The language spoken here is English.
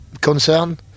concern